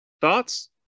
thoughts